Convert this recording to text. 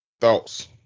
thoughts